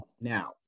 now